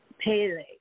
Pele